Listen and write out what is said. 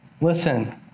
listen